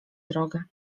drogę